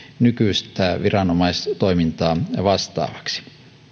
nykyistä viranomaistoimintaa vastaavaksi